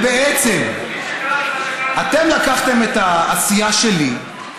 בעצם אתם לקחתם את העשייה שלי,